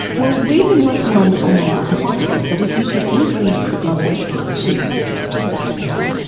well, we've been working on on ah a hypothesis that if we could increase the blood supply to the uterus, to the placenta,